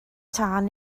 tân